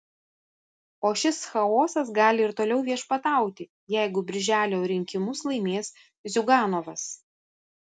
o šis chaosas gali ir toliau viešpatauti jeigu birželio rinkimus laimės ziuganovas